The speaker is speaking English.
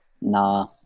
Nah